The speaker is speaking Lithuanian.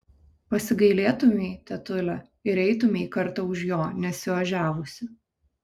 pasigailėtumei tetule ir eitumei kartą už jo nesiožiavusi